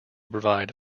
provide